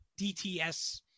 DTS